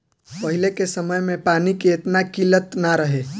पहिले के समय में पानी के एतना किल्लत ना रहे